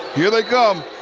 here they come.